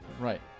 Right